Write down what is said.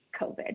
COVID